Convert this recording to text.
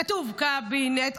כתוב ק-בי-נט,